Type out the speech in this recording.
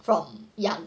from young